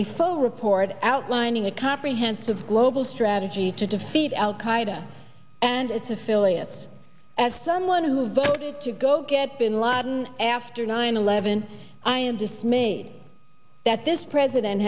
a full report outlining a comprehensive global strategy to defeat al qaida and its affiliates as someone who voted to go get bin laden after nine eleven i am dismayed that this president